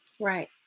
Right